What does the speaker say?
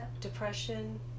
Depression